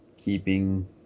keeping